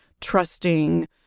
trusting